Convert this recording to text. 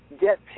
get